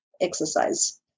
exercise